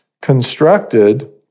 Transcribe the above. constructed